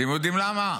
אתם יודעים למה?